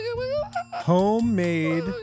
Homemade